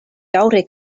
daŭre